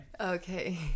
okay